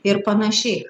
ir panašiai